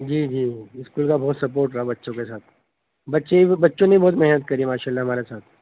جی جی اسکول کا بہت سپورٹ رہا بچوں کے ساتھ بچے بچوں نے بہت محنت کری ہے ماشاء اللہ ہمارے ساتھ